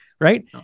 right